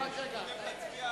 אדוני היושב-ראש.